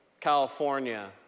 California